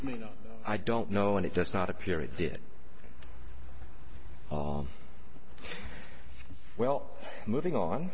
i mean no i don't know and it does not appear it did well moving on